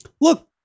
Look